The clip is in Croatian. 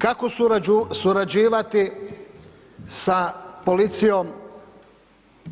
Kako surađivati sa policijom